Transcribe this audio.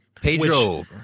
Pedro